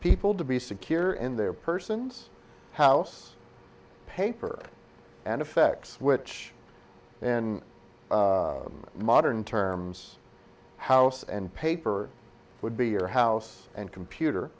people to be secure in their persons house paper and effects which in modern terms house and paper would be your house and computer